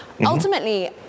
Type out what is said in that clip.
Ultimately